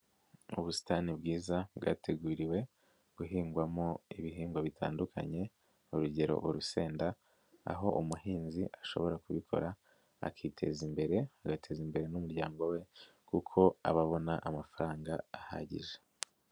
Ubusitani bwiza bwateguriwe guhingwamo ibihingwa bitandukanye, urugero urusenda aho umuhinzi ashobora kubikora akiteza imbere, agateza imbere n'umuryango we kuko aba abona amafaranga ahagije.